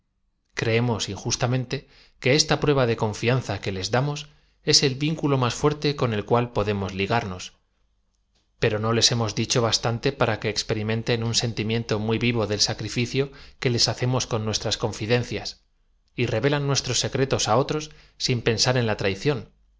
creemos injustamente que esta prueba de confianza que les damos es el vinculo más fuerte con el cual podamos ligarlos pero no les hemos dicho bastante para que experimenten un sen timiento muy v iv o del sacrificio que ies hacemos con nuestras confidencias y revelan nuestros secretos á otros sin pensar en la traición